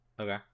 Okay